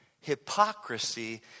Hypocrisy